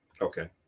Okay